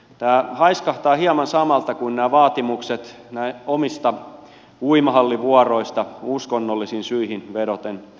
tämä haiskahtaa hieman samalta kuin esimerkiksi nämä vaatimukset omista uimahallivuoroista uskonnollisiin syihin vedoten